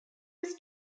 was